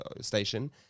Station